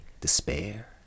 despair